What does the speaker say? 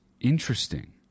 interesting